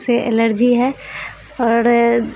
سے الرجی ہے اور